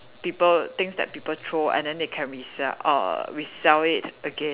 people things that people throw and then they can resell err resell it again